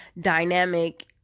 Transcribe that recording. dynamic